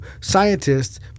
scientists